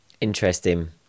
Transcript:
Interesting